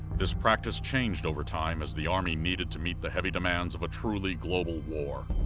this practice changed over time as the army needed to meet the heavy demands of a truly global war.